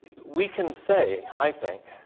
we can say, i think,